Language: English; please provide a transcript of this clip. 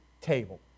table